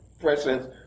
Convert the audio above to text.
presence